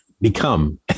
become